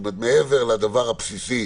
מעבר לדבר הבסיסי